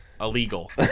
illegal